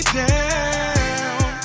down